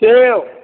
सेव